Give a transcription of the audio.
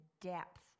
depth